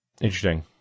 Interesting